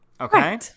okay